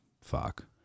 Fuck